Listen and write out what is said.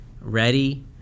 ready